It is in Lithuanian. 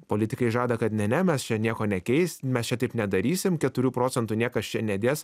politikai žada kad ne ne mes čia nieko nekeis mes čia taip nedarysim keturių procentų niekas čia nedės